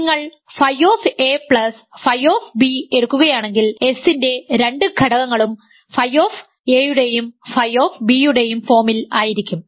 നിങ്ങൾ ф ф എടുക്കുകയാണെങ്കിൽ S ന്റെ രണ്ടു ഘടകങ്ങളും ф യുടെയും ф യുടെയും ഫോമിൽ ആയിരിക്കും